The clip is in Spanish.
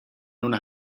una